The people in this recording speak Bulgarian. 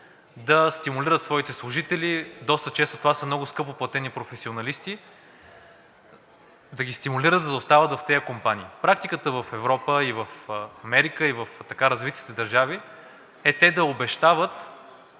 да стимулират своите служители – доста често това са много скъпоплатени професионалисти – да ги стимулират, за да остават в тези компании. Практиката и в Европа, и в Америка, и в развитите държави е те да обещават